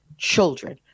children